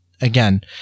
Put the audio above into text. again